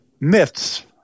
Myths